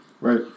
Right